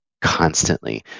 constantly